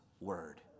word